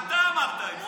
אתה אמרת את זה.